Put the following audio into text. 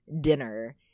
dinner